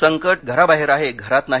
संकट घराबाहेर आहे घरात नाही